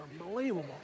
unbelievable